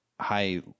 high